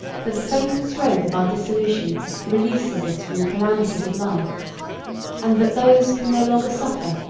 that the fatal stroke of our dissolution releases us from the calamities of life and that those can no longer suffer,